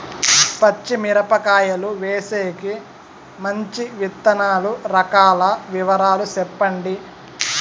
పచ్చి మిరపకాయలు వేసేకి మంచి విత్తనాలు రకాల వివరాలు చెప్పండి?